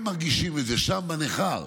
הם מרגישים את זה שם, בניכר,